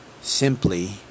simply